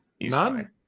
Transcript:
None